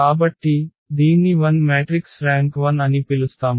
కాబట్టి దీన్ని 0 matrix rank 0 అని పిలుస్తాము